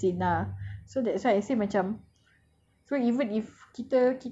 it's one of the sin it's one of the sin lah so that's why I say macam